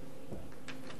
תודה, אדוני.